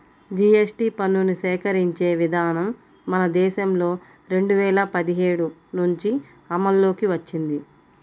GST పన్నుని సేకరించే విధానం మన దేశంలో రెండు వేల పదిహేడు నుంచి అమల్లోకి వచ్చింది